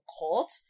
cult